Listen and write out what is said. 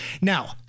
Now